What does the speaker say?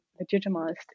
legitimized